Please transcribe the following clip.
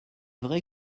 vrai